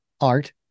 art